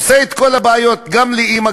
עושה את כל הבעיות גם לאימא,